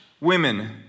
women